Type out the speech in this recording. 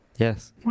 Yes